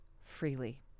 freely